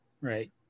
Right